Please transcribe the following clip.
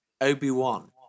Obi-Wan